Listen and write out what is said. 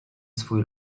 swój